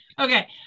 Okay